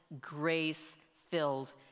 grace-filled